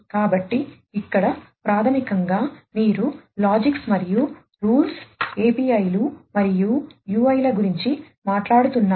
కాబట్టి ఇక్కడ ప్రాథమికంగా మీరు లాజిక్స్ API లు మరియు UI ల గురించి మాట్లాడుతున్నారు